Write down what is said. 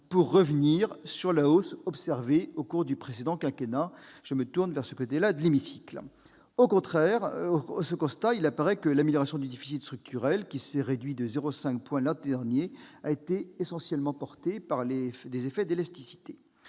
pour revenir sur la hausse observée au cours du précédent quinquennat ; je me tourne, à cet instant, vers le côté gauche de l'hémicycle ... Autre constat, il apparaît que l'amélioration du déficit structurel, qui s'est réduit de 0,5 point l'an dernier, a été essentiellement due aux effets d'élasticités.